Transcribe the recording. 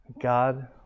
God